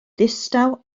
ddistaw